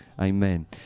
Amen